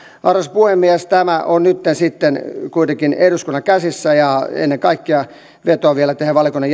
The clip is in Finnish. arvoisa puhemies tämä on nytten sitten kuitenkin eduskunnan käsissä ja ennen kaikkea vetoan vielä teihin valiokunnan